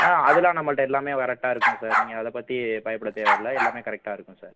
ஆ அதெலாம் நம்மள்கிட்ட எல்லாமே கரெட்டா இருக்கும் சார் நீங்கள் அதை பற்றி பயப்பட தேவையில்ல எல்லாமே கரெக்டாக இருக்கும் சார்